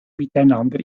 miteinander